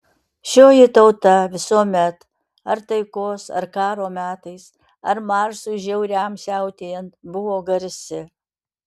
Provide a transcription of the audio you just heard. šioji tauta visuomet ar taikos ar karo metais ar marsui žiauriam siautėjant buvo garsi